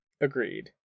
Agreed